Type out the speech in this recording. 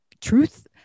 truth